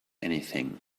anything